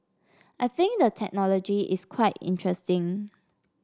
I think the technology is quite interesting